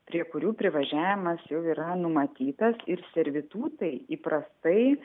prie kurių privažiavimas jau yra numatytas ir servitutai įprastai